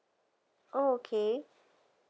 oh okay